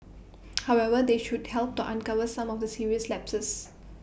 however they should help to uncover some of the serious lapses